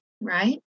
Right